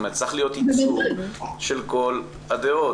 צריך להיות ייצוג של כל הדעות.